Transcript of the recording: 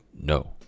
no